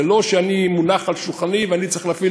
זה לא שזה מונח על שולחני ואני צריך להפעיל